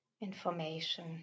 information